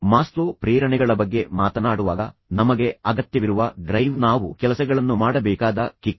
ಈಗ ಮಾಸ್ಲೋ ಪ್ರೇರಣೆಗಳ ಬಗ್ಗೆ ಮಾತನಾಡುವಾಗ ಅಂದರೆ ನಮಗೆ ಅಗತ್ಯವಿರುವ ಡ್ರೈವ್ ನಾವು ಕೆಲಸಗಳನ್ನು ಮಾಡಬೇಕಾದ ಕಿಕ್